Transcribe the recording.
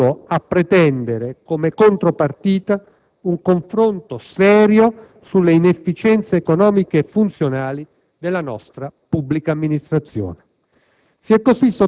o anche solo a pretendere, come contropartita, un confronto serio sulle inefficienze economiche e funzionali della nostra amministrazione